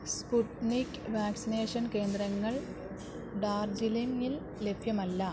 Sputnik vaccination കേന്ദ്രങ്ങൾ ഡാർജിലിംഗിൽ ലഭ്യമല്ല